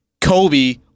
Kobe